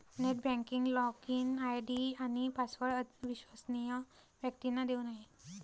net banking login ID आणि password अविश्वसनीय व्यक्तींना देऊ नये